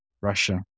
Russia